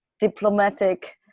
diplomatic